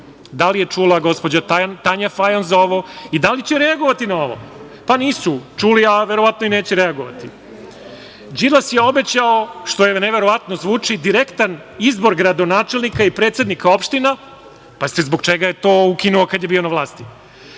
da li je čula gospođa Tanja Fajon za ovo i da li će reagovati na ovo? Pa, nisu čuli, a verovatno i neće reagovati. Đilas je obećao, što neverovatno zvuči, direktan izbor gradonačelnika i predsednika opština. Pazite, zbog čega je to ukinuo kada je bio na